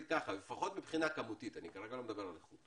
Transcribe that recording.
לפחות מבחינה כמותית כרגע אני לא מדבר על איכות